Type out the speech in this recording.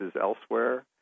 elsewhere